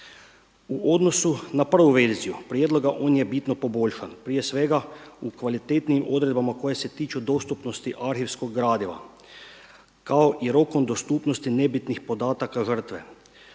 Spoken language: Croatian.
U odnosu na prvu verziju prijedloga on je bitno poboljšan, prije svega u kvalitetnijim odredbama koje se tiču dostupnosti arhivskog gradiva, kao i rokom dostupnosti nebitnih podataka žrtve.